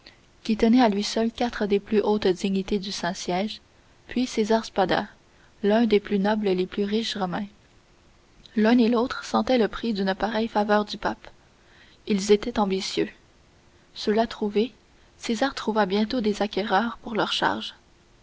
qui tenait à lui seul quatre des plus hautes dignités du saint-siège puis césar spada l'un des plus nobles et des plus riches romains l'un et l'autre sentaient le prix d'une pareille faveur du pape ils étaient ambitieux ceux-là trouvés césar trouva bientôt des acquéreurs pour leurs charges